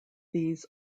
these